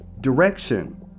direction